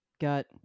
got